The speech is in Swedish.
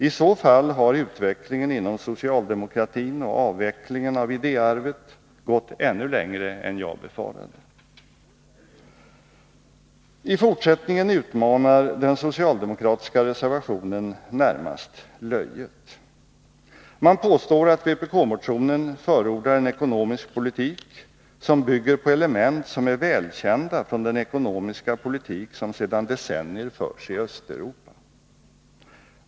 I så fall har utvecklingen inom socialdemokratin och avvecklingen av idéarvet gått ännu längre än jag befarade. I fortsättningen utmanar den socialdemokratiska reservationen närmast löjet. Man påstår att vpk-motionen förordar en ekonomisk politik som 2 Riksdagens protokoll 1981/82:172-173 bygger ”på element som är välkända från den ekonomiska politik som sedan decennier förs i Östeuropa”.